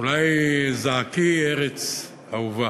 אולי: זעקי, ארץ אהובה.